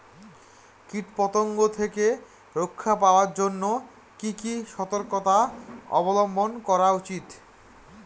কীটপতঙ্গ থেকে রক্ষা পাওয়ার জন্য কি কি সর্তকতা অবলম্বন করা উচিৎ?